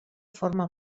forma